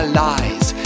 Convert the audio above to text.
lies